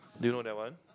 do you know that one